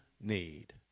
need